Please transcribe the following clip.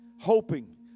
hoping